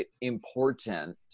important